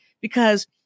Because-